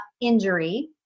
injury